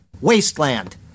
wasteland